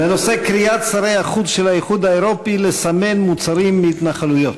בנושא: קריאת שרי החוץ של האיחוד האירופי לסמן מוצרים מההתנחלויות.